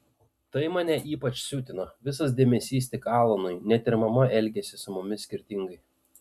tai mane ypač siutino visas dėmesys tik alanui net ir mama elgėsi su mumis skirtingai